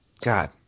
God